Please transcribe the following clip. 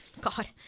God